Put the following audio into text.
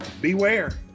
Beware